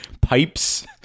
pipes